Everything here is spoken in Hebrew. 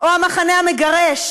או המחנה המגרש